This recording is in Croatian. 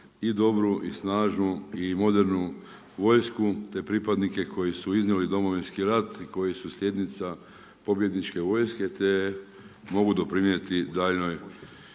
i dobru i snažnu i modernu vojsku, te pripadnike koji su iznijeli Domovinski rat i koji su slijednica pobjedničke vojske te mogu doprinijeti daljnjoj